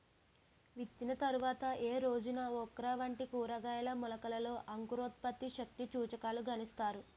విత్తిన తర్వాత ఏ రోజున ఓక్రా వంటి కూరగాయల మొలకలలో అంకురోత్పత్తి శక్తి సూచికను గణిస్తారు?